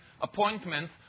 appointments